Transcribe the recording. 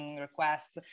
requests